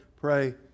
pray